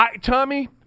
Tommy